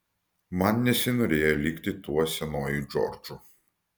man nesinorėjo likti tuo senuoju džordžu